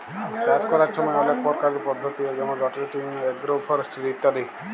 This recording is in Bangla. চাষ ক্যরার ছময় অলেক পরকারের পদ্ধতি হ্যয় যেমল রটেটিং, আগ্রো ফরেস্টিরি ইত্যাদি